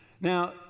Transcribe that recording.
Now